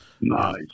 Nice